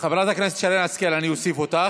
הכנסת שרן השכל, אני אוסיף אותך.